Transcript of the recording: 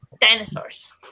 dinosaurs